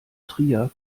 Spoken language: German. trier